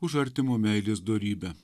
už artimo meilės dorybę